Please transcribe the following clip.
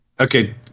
Okay